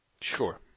Sure